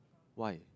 why